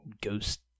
ghost